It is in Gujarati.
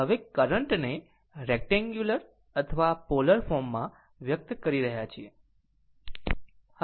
આમ હવે કરંટ ને રેક્ટેન્ગુંલર અથવા પોલર ફોર્મ માં વ્યક્ત કરી રહ્યા છીએ